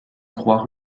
droit